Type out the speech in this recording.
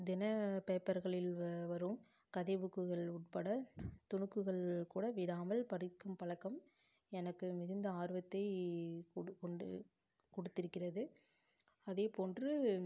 தின பேப்பர்களில் வ வரும் கதை புக்குகள் உட்பட துணுக்குகள் கூட விடாமல் படிக்கும் பழக்கம் எனக்கு மிகுந்த ஆர்வத்தை குடு உண்டு கொடுத்திருக்கிறது அதே போன்று